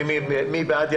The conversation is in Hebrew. מי בעד?